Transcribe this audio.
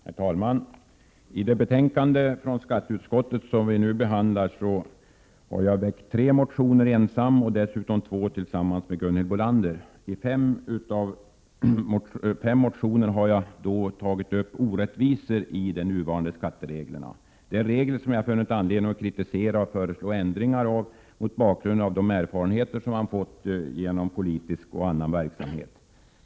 Herr talman! I detta betänkande från skatteutskottet behandlas bl.a. tre motioner som jag ensam har väckt och två motioner som jag har väckt tillsammans med Gunhild Bolander. I fem motioner har jag därmed tagit upp orättvisor i de nuvarande skattereglerna. Det är regler som jag har funnit anledning att kritisera och föreslå ändringar av mot bakgrund av de erfarenheter som jag har fått genom politisk och annan verksamhet.